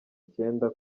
icyenda